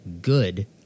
good